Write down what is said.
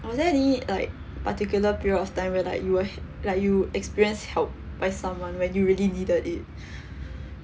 was there any like particular period of time where like you were h~ like you experienced help by someone when you really needed it